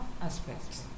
aspects